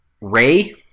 Ray